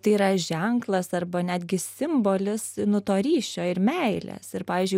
tai yra ženklas arba netgi simbolis nu to ryšio ir meilės ir pavyzdžiui